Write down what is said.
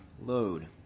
load